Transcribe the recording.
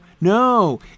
no